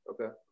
Okay